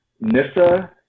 Nissa